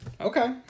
Okay